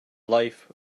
life